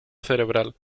cerebral